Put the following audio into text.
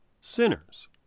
sinners